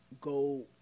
go